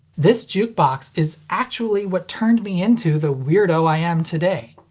this jukebox is actually what turned me into the weirdo i am today.